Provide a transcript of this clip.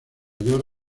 york